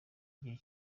gihe